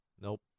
Nope